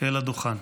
אל הדוכן.